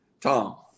Tom